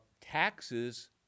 taxes